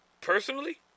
personally